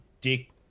Dick